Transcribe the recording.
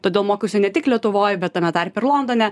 todėl mokiausi ne tik lietuvoje bet tame tarpe ir londone